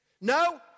No